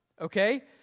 Okay